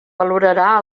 valorarà